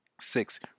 Six